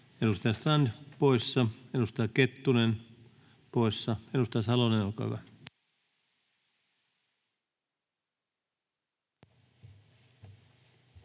Edustaja Strand poissa. Edustaja Kettunen poissa. — Edustaja Salonen, olkaa hyvä.